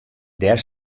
dêr